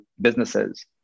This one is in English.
businesses